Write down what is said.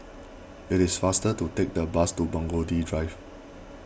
it is faster to take the bus to Burgundy Drive